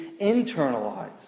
internalized